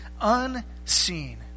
unseen